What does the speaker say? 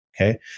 okay